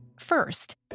First